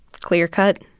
Clear-cut